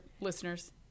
listeners